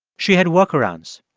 she had workarounds.